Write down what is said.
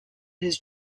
his